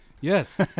Yes